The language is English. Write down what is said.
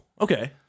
okay